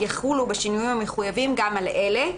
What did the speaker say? יחולו בשינויים המחויבים גם על אלה: